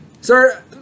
sir